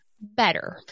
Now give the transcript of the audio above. better